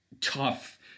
tough